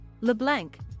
LeBlanc